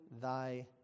thy